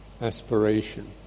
aspiration